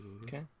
Okay